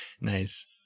Nice